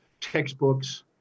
Textbooks